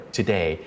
today